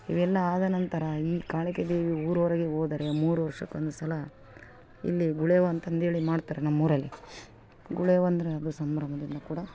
ಇವೆಲ್ಲ ಆದ ನಂತರ ಈ ಕಾಳಿಕ ದೇವಿ ಊರೋರೆಗೆ ಹೋದರೆ ಮೂರು ವರ್ಷಕ್ಕೊಂದ್ಸಲ ಇಲ್ಲಿ ಗುಳೇವ ಅಂತಂದೇಳಿ ಮಾಡ್ತಾರೆ ನಮ್ಮ ಊರಲ್ಲಿ ಗುಳೇವ ಅಂದರೆ ಅದು ಸಂಭ್ರಮದಿಂದ ಕೂಡ